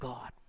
God